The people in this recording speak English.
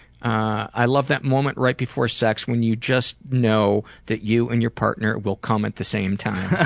i love that moment right before sex when you just know that you and your partner will cum at the same time.